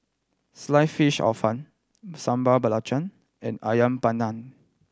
Sliced Fish Hor Fun Sambal Belacan and Ayam Panggang